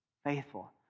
Faithful